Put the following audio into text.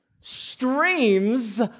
streams